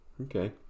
Okay